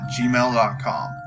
gmail.com